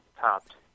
topped